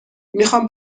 میخوام